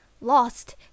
lost